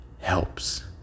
helps